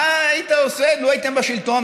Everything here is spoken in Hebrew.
מה היית עושה לו הייתם בשלטון,